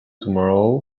tomorrow